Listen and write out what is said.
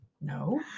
No